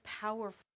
powerful